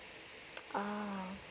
ah